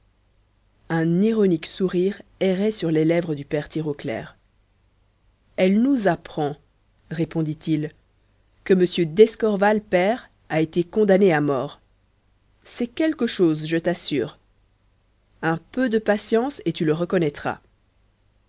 un ironique sourire errait sur les lèvres du père tirauclair elle nous apprend répondit-il que m d'escorval père a été condamné à mort c'est quelque chose je t'assure un peu de patience et tu le reconnaîtras